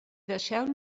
deixeu